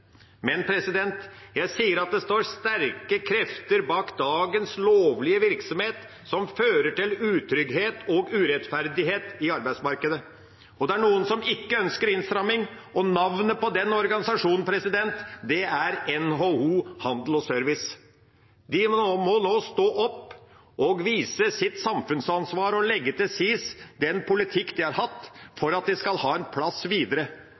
jeg sier at det står sterke krefter bak dagens lovlige virksomhet, som fører til utrygghet og urettferdighet i arbeidsmarkedet. Det er noen som ikke ønsker innstramming, og navnet på den organisasjonen er NHO Service og Handel. De må nå stå opp og vise sitt samfunnsansvar og legge til side den politikk de har hatt, for at de skal ha en plass videre.